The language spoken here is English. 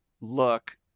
look